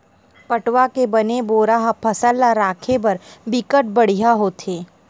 पटवा के बने बोरा ह फसल ल राखे बर बिकट बड़िहा होथे